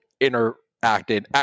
interacting